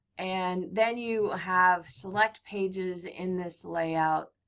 and then, you have select pages in this layout.